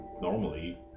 normally